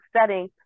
setting